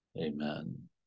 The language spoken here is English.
amen